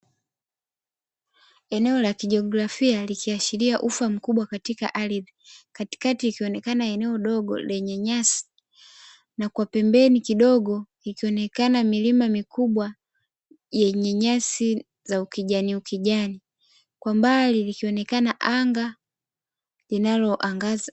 Eneo la kijiografia likiashiria ufa mkubwa katika ardhi katikati ikionekana eneo dogo lenye nyasi, na kwa pembeni kidogo ikionekana milima mikubwa yenye nyasi za kijani ukijani kwa mbali likionekana anga linaloangaza.